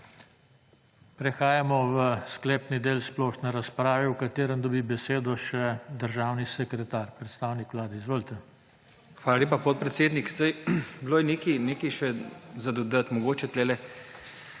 Prehajamo v sklepni del splošne razprave, v katerem dobi besedo še državni sekretar, predstavnik Vlade. Izvolite. **BLAŽ KOŠOROK:** Hvala lepa, podpredsednik. Zdaj, bilo je nekaj še za dodat, mogoče tukaj,